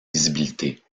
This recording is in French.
visibilité